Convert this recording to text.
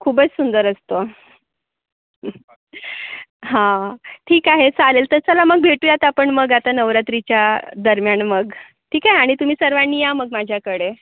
खूबच सुंदर असतो हा ठीक आहे चालेल तर चला मग भेटूयात आपण मग आता नवरात्रीच्या दरम्यान मग ठीकय आणि तुम्ही सर्वांनी या मग माझ्याकडे